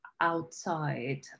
outside